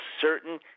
certain